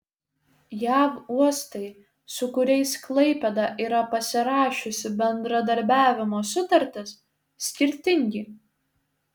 jav uostai su kuriais klaipėda yra pasirašiusi bendradarbiavimo sutartis skirtingi